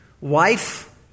wife